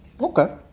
okay